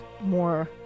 more